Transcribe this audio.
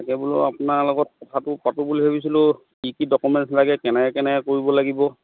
তাকে বোলো আপোনাৰ লগত কথাটো পাতো বুলি ভাবিছিলোঁ কি কি ডকুমেণ্টছ লাগে কেনেকৈ কেনেকৈ কৰিব লাগিব